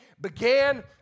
began